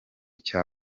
cya